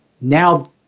Now